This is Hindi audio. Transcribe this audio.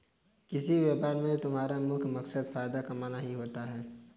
किसी भी व्यापार में तुम्हारा मुख्य मकसद फायदा कमाना ही होता है